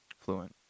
fluent